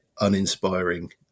uninspiring